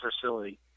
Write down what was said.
facility